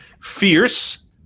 fierce